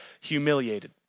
humiliated